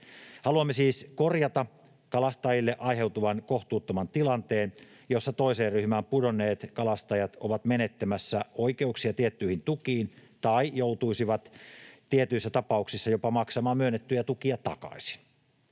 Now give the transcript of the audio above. Haluamme siis korjata kalastajille aiheutuvan kohtuuttoman tilanteen, jossa toiseen ryhmään pudonneet kalastajat ovat menettämässä oikeuksia tiettyihin tukiin tai joutuisivat tietyissä tapauksissa jopa maksamaan myönnettyjä tukia takaisin.